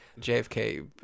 JFK